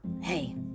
hey